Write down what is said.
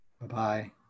Bye-bye